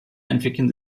entwickeln